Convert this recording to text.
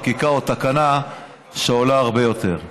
פה חקיקה או תקנה שעולה הרבה יותר.